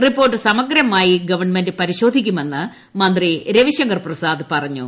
report സമഗ്രമായി government പരിശോധിക്കുമെന്ന് മന്ത്രി രവിശങ്കർ പ്രസാദ് പറഞ്ഞു